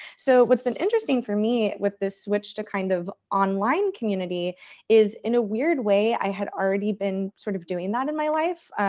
so what's been interesting for me with this switch to kind of online community is, in a weird way, i had already been sort of doing that in my life.